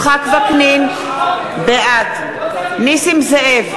בעד נסים זאב,